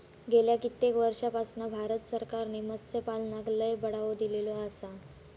गेल्या कित्येक वर्षापासना भारत सरकारने मत्स्यपालनाक लय बढावो दिलेलो आसा